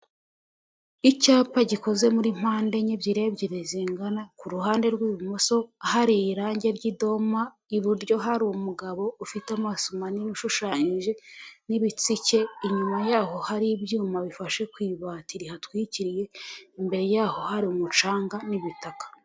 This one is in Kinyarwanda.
Icyapa gikoze muri mpande enye, ebyiri ebyiri zingana, ku ruhande rw'ibumoso, hari irange ry'idoma, iburyo hari umugabo, ufite amaso manini ushushanyije n'ibitsike, inyuma yaho hari ibyuma bifashe ku ibati rihatwikiriye, imbere yaho hari umucanga n'ibitaka.